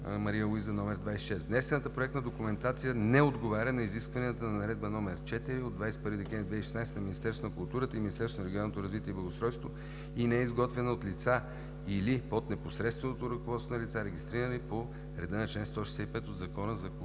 Мария Луиза“ № 26“. Внесената проектна документация не отговаря на изискванията на Наредба № 4 от 21 декември 2016 г. на Министерството на културата и Министерството на регионалното развитие и благоустройството и не е изготвена от лица или под непосредственото ръководство на лица, регистрирани по реда на чл. 165 от Закона за културното